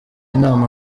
inama